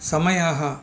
समयः